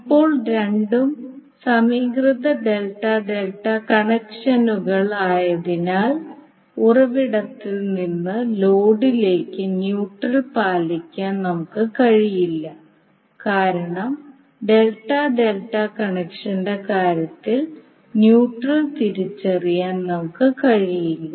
ഇപ്പോൾ രണ്ടും സമീകൃത ഡെൽറ്റ ഡെൽറ്റ കണക്ഷനുകളായതിനാൽ ഉറവിടത്തിൽ നിന്ന് ലോഡിലേക്ക് ന്യൂട്രൽ പാലിക്കാൻ നമുക്ക് കഴിയില്ല കാരണം ഡെൽറ്റ ഡെൽറ്റ കണക്ഷന്റെ കാര്യത്തിൽ ന്യൂട്രൽ തിരിച്ചറിയാൻ നമുക്ക് കഴിയില്ല